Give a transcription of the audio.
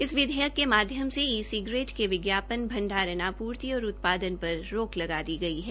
इस विधेयक के माध्यम से ई सिगरेट के विज्ञापन भंडारण आपूर्ति और उत्पादन पर रोक लगा दी गई है